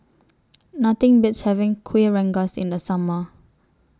Nothing Beats having Kuih Rengas in The Summer